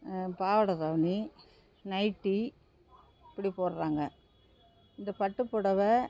பாவடை தாவணி நைட்டி இப்படி போடுறாங்க இந்த பட்டு புடவை